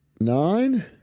nine